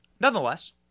nonetheless